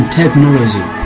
technology